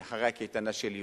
אחרי הקייטנה של יולי.